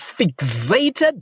fixated